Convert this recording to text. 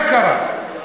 מה קרה?